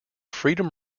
freedom